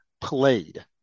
played